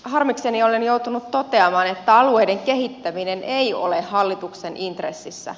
harmikseni olen joutunut toteamaan että alueiden kehittäminen ei ole hallituksen intressissä